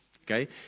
okay